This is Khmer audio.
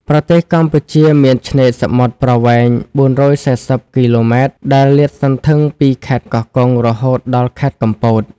ប្រទេសកម្ពុជាមានឆ្នេរសមុទ្រប្រវែង ៤៤០ គ.ម ដែល លាតសន្ធឹងពីខេត្តកោះកុង រហូតដល់ខេត្តកំពត។